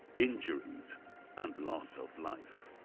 injuries and loss of life.